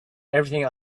everything